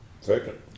Second